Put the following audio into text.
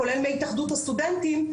כולל מהתאחדות הסטודנטים,